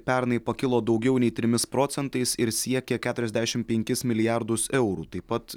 pernai pakilo daugiau nei trimis procentais ir siekia keturiasdešim penkis milijardus eurų taip pat